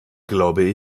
glaube